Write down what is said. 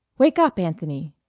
wake up, anthony!